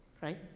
right